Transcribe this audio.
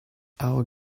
our